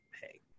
hey